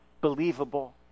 believable